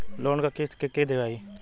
Loan क किस्त के के दियाई?